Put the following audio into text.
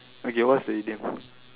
okay what's the idiom